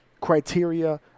Criteria